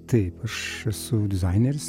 taip aš esu dizaineris